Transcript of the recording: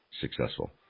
successful